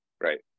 right